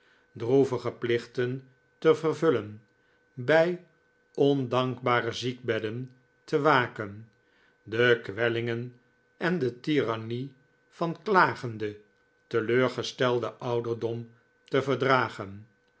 droevige plichten te vervullen bij ondankbare ziekbedden te waken de kwellingen en de tirannie van klagenden teleurgestelden ouderdom te verdragen